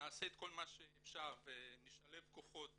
נעשה את כל מה שאפשר ונשלב כוחות וידיים,